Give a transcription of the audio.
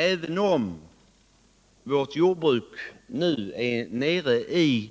Även om sysselsättningen inom jordbruket nu är nere i